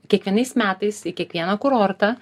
kiekvienais metais į kiekvieną kurortą